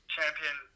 Champion